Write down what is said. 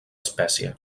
espècie